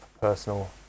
personal